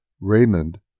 Raymond